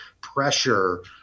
pressure